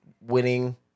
winning